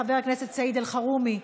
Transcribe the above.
חבר הכנסת סעיד אלחרומי,